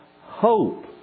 hope